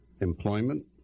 employment